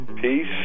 Peace